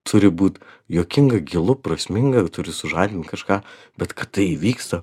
turi būt juokinga gilu prasminga ir turi sužadint kažką bet kad tai įvyksta